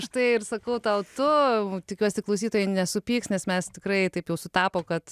štai ir sakau tau tu tikiuosi klausytojai nesupyks nes mes tikrai taip jau sutapo kad